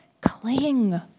cling